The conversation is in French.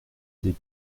des